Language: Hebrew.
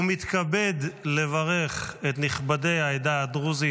ומתכבד לברך את נכבדי העדה הדרוזית,